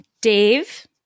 Dave